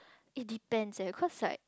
it depends eh cause like